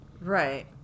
Right